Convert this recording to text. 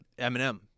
Eminem